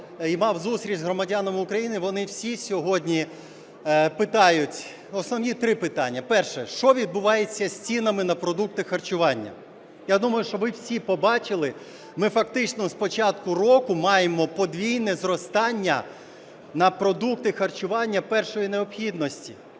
і мав зустріч з громадянами України, вони всі сьогодні питають… основні три питання. Перше. Що відбувається з цінами на продукти харчування? Я думаю, що ви всі побачили, ми фактично з початку року маємо подвійне зростання на продукти харчування першої необхідності.